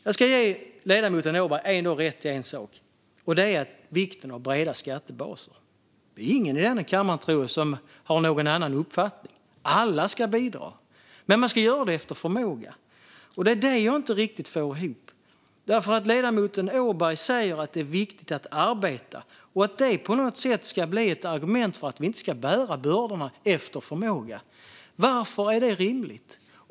Jag ska ge ledamoten Åberg rätt i en sak, och det är vikten av breda skattebaser. Det är nog ingen i denna kammare som har en annan uppfattning. Alla ska bidra, men man ska göra det efter förmåga. Men jag får inte ihop det när ledamoten Åberg säger att det är viktigt att arbeta och att det på något sätt ska vara ett argument för att vi inte ska bära bördorna efter förmåga. Varför är det rimligt?